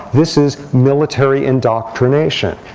this is military indoctrination.